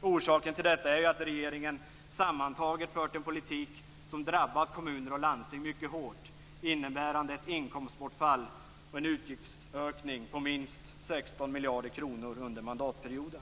Orsaken till detta är att regeringen sammantaget fört en politik som drabbat kommuner och landsting mycket hårt, vilket innebär ett inkomstbortfall och en utgiftsökning på minst 16 miljarder kronor under mandatperioden.